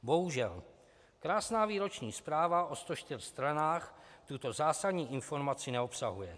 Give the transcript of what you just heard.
Bohužel, krásná výroční zpráva o 104 stranách tuto zásadní informaci neobsahuje.